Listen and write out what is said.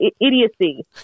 idiocy